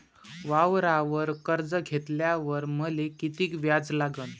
वावरावर कर्ज घेतल्यावर मले कितीक व्याज लागन?